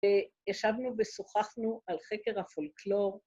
‫השבנו ושוחחנו על חקר הפולקלור.